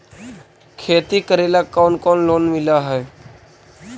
खेती करेला कौन कौन लोन मिल हइ?